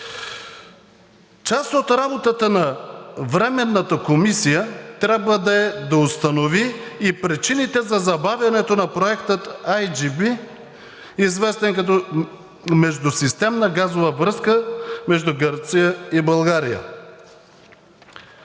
Част от работата на Временната комисия трябва да установи и причините за забавянето на Проекта IGB, известен като Междусистемна газова връзка между Гърция – България.